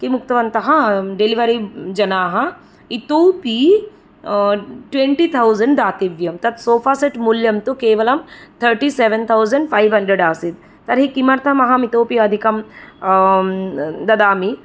किम् उक्तवन्तः डेलिवरी जनाः इतोऽपि ट्वेण्टी तौज़ेण्ड् दातव्यं तत् सोफ़ा सेट् मूल्यं तु केवलं thirty seven thousand five hundred आसीत् तर्हि किमर्थम् अहम् इतोपि अधिकं ददामि